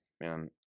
Man